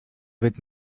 wird